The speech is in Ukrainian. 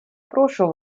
прошу